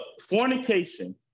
Fornication